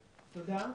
תודה.